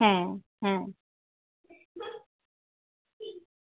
হ্যাঁ হ্যাঁ